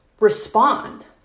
respond